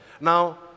Now